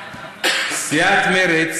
סיעת מרצ